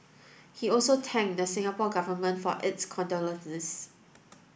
he also thanked the Singapore Government for its condolences